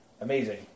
amazing